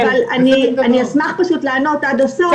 אשמח לענות עד הסוף.